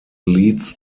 leads